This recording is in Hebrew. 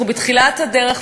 אנחנו בתחילת הדרך,